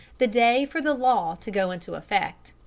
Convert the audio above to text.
the day for the law to go into effect.